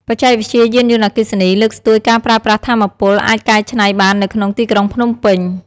បច្ចេកវិទ្យាយានយន្តអគ្គីសនី លើកស្ទួយការប្រើប្រាស់ថាមពលអាចកែច្នៃបាននៅក្នុងទីក្រុងភ្នំពេញ។